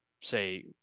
say